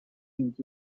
竞技